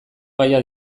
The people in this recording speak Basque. gaia